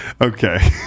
okay